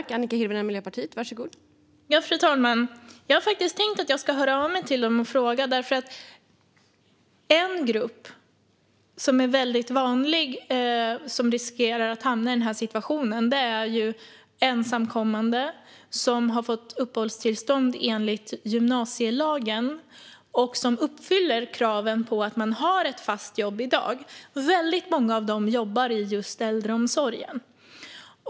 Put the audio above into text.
Fru talman! Jag har faktiskt tänkt höra av mig till dem och fråga, eftersom en grupp som ofta riskerar att hamna i denna situation är ensamkommande som har fått uppehållstillstånd enligt gymnasielagen och som uppfyller kravet på att ha ett fast jobb i dag. Väldigt många av dem jobbar inom just äldreomsorgen.